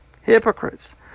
hypocrites